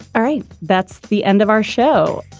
all right that's the end of our show.